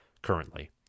Currently